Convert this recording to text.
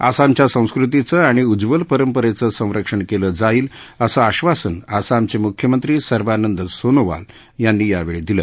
आसामच्या संस्कृतीचं आणि उज्वल परंपरेचं संरक्षण केलं जाईल असं आश्वासन आसामचे मुख्यमंत्री सर्वानंद सोनोवाल यांनी यावेळी दिल